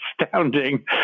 astounding